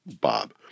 Bob